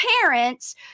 parents